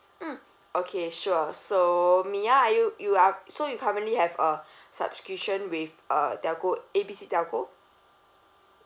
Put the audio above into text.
mm okay sure so mya are you you are so you currently have a subscription with uh telco A B C telco